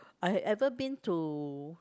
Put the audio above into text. I ever been to